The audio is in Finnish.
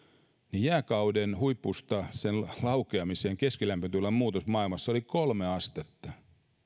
niin jääkauden huipusta sen laukeamiseen keskilämpötilan muutos maailmassa oli kolme astetta